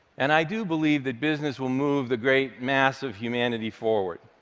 and i do believe that business will move the great mass of humanity forward.